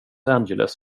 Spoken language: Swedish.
angeles